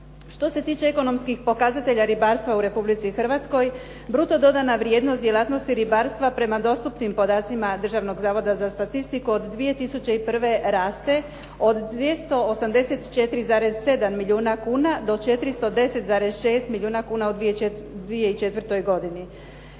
Što se tiče ekonomskih pokazatelja ribarstva u Republici Hrvatskoj bruto dodana vrijednost djelatnosti ribarstva prema dostupnim podacima Državnog zavoda za statistiku od 2001. raste od 284,7 milijuna kuna do 410,6 milijuna kuna u 2004. godini.